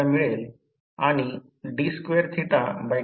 नंतर हे सुलभ केले तर ते 0